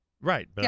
Right